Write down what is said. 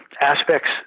aspects